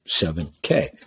7K